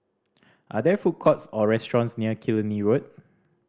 are there food courts or restaurants near Killiney Road